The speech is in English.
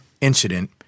incident